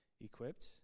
equipped